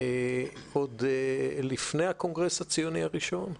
עוד לפני הקונגרס הציוני הראשון,